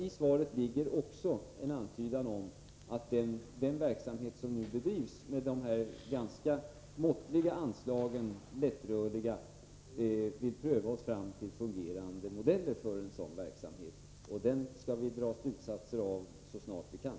I svaret ligger också en antydan om att vi i den verksamhet som nu bedrivs med dess ganska måttliga, lättrörliga anslag vill pröva oss fram till fungerande modeller för en sådan verksamhet. Den verksamheten skall vi dra slutsatser av så snart vi kan.